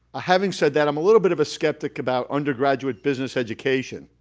ah having said that, i'm a little bit of a skeptic about undergraduate business education,